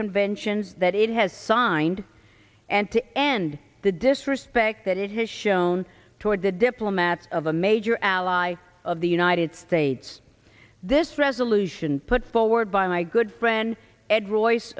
conventions that it has signed and to end the disrespect that it has shown toward the diplomats of a major ally of the united states this resolution put forward by my good friend ed royce